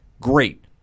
great